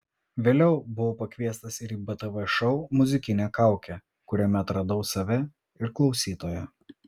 vėliau buvau pakviestas ir į btv šou muzikinė kaukė kuriame atradau save ir klausytoją